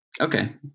Okay